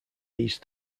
east